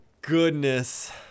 goodness